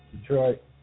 Detroit